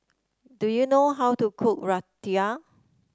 do you know how to cook Raita